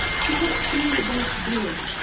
she talks to me about bread,